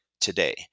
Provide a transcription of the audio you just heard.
today